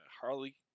Harley